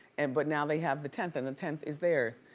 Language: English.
and but now they have the tenth and the tenth is theirs.